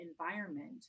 environment